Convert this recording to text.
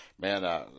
man